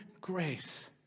grace